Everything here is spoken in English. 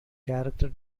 character